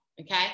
okay